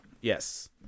Yes